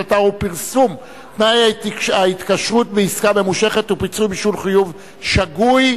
ופרסום תנאי התקשרות בעסקה מתמשכת ופיצוי בשל חיוב שגוי),